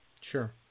Sure